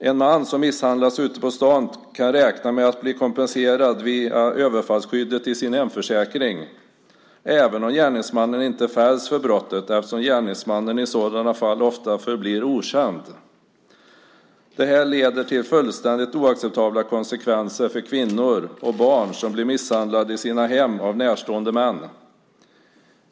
En man som misshandlas ute på stan kan räkna med att bli kompenserad via överfallsskyddet i sin hemförsäkring även om gärningsmannen inte fälls för brottet eftersom gärningsmannen i sådana fall ofta förblir okänd. Det här leder till fullständigt oacceptabla konsekvenser för kvinnor och barn som blir misshandlade i sina hem av närstående män.